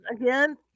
again